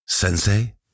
Sensei